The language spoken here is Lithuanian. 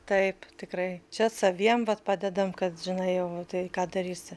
taip tikrai čia saviem vat padedam kad žinai jau tai ką darysi